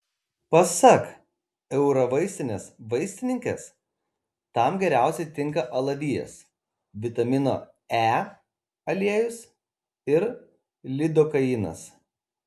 pasak eurovaistinės vaistininkės tam geriausiai tinka alavijas vitamino e aliejus ir lidokainas